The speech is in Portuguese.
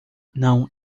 não